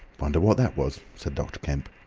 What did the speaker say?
wonder what that was, said dr. kemp.